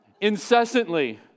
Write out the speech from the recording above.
incessantly